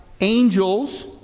angels